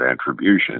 attribution